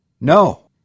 No